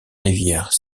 rivières